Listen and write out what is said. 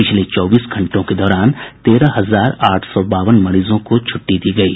पिछले चौबीस घंटों के दौरान तेरह हजार आठ सौ बावन मरीजों को छुट्टी दी गयी